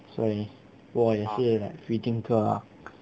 所以我也是 like free thinker ah